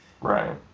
Right